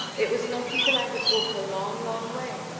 it was not until i had walked a long, long way,